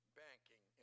banking